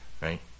right